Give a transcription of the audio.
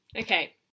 Okay